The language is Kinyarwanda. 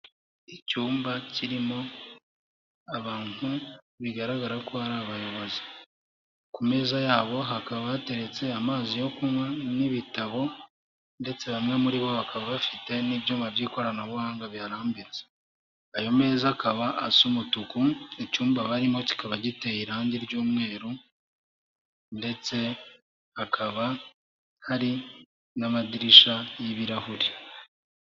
Icyumba kirimo abantu bigaragara ko ari abayobozi, ku meza yabo hakaba hateretse amazi yo kunywa n'ibitabo ndetse bamwe muri bo bakaba bafite n'ibyuma by'ikoranabuhanga birahambitse, ayo meza akaba asa umutuku, icyumba barimo kikaba giteye irangi ry'umweru ndetse hakaba hari n'amadirishya y'ibirahuri.